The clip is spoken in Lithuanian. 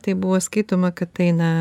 tai buvo skaitoma kad tai na